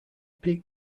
peak